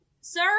Sir